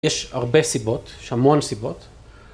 ‫יש הרבה סיבות, יש המון סיבות.